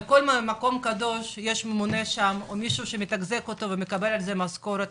על כל מקום יש ממונה או מישהו שמתחזק ומקבל על זה משכורת,